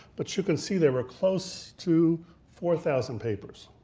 but you can see there are close to four thousand papers